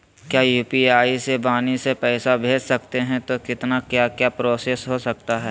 क्या यू.पी.आई से वाणी से पैसा भेज सकते हैं तो कितना क्या क्या प्रोसेस हो सकता है?